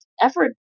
Effort